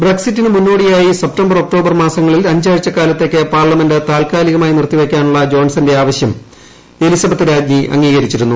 ബ്രക്സിറ്റിനു മുന്നോടിയായി September October മാസങ്ങളിൽ അഞ്ചാഴ്ചകാലത്തേയ്ക്ക് പാർലമെന്റ് താതാകാലികമായി നിർത്തിവെയ്ക്കാനുള്ള ജോൺസൺന്റെ ആവശ്യം എലിസബത്ത് രാജ്ഞി അംഗീകരിച്ചിരുന്നു